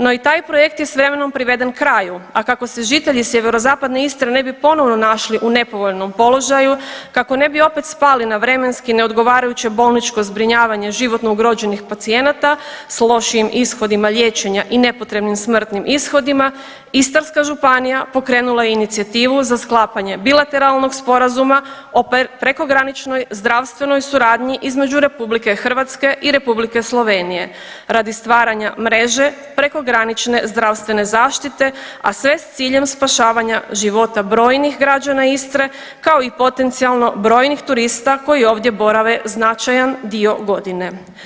No, i taj je projekt je s vremenom priveden kraju, a kako se žitelji sjeverozapadne Istre ne bi ponovo našli u nepovoljnom položaju, kako ne bi opet spali na vremenski neodgovarajuće bolničko zbrinjavanje životno ugroženih pacijenata, s lošijim ishodima liječenja i nepotrebnim smrtnim ishodima, Istarska županija pokrenula je inicijativu za sklapanje bilateralnog sporazuma o prekograničnoj zdravstvenoj suradnji između RH i R. Slovenije radi stvaranja mreže prekogranične zdravstvene zaštite, a sve s ciljem spašavanja života brojnih građana Istre, kao i potencijalno, brojnih turista koji ovdje borave značajan dio godine.